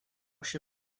się